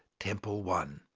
tempel one.